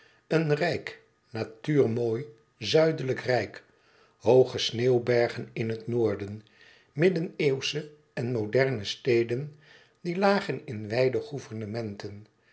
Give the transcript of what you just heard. een rijk natuurmooi zuidelijk rijk hooge sneeuwbergen in het noorden middeneeuwsche en moderne steden die lagen in wijde